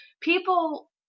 People